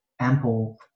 ample